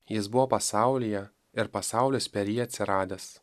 jis buvo pasaulyje ir pasaulis per jį atsiradęs